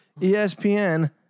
ESPN